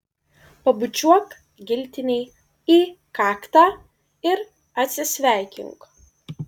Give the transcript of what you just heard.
pabučiuok giltinei į kaktą ir atsisveikink